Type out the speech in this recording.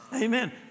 Amen